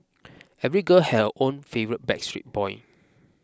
every girl had her own favourite Backstreet Boy